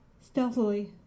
Stealthily